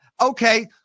okay